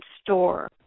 store